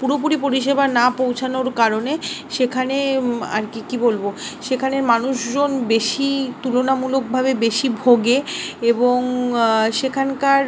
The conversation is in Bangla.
পুরোপুরি পরিষেবা না পৌঁছানোর কারণে সেখানে আর কী কী বলবো সেখানের মানুষজন বেশি তুলনামূলকভাবে বেশি ভোগে এবং সেখানকার